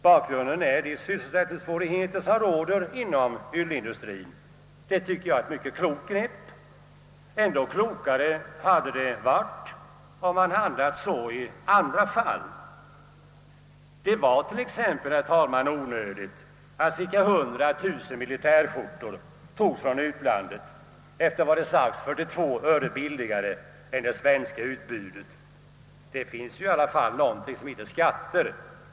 Bakgrunden är de sysselsättningssvårigheter som råder inom ylleindustrien. Det är ett klokt grepp — och ännu klokare hade det varit om man handlat på liknande sätt i andra fall. Det var t.ex. onödigt, herr talman, att cirka 100 000 militärskjortor togs från utlandet, efter vad det sagts 42 öre billigare än det svenska budet. Det finns ju i alla fall något som heter skatter.